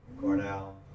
Cornell